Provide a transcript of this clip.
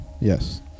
Yes